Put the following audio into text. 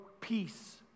peace